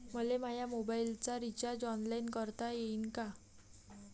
मले माया मोबाईलचा रिचार्ज ऑनलाईन करता येईन का?